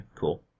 cool